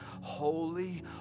holy